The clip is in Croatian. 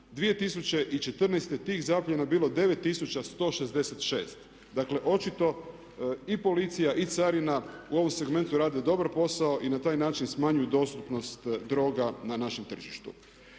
2014. tih zapljena bilo 9166. Dakle, očito i policija i carina u ovom segmentu rade dobar posao i na taj način smanjuju dostupnost droga na našem tržištu.